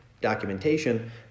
documentation